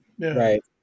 right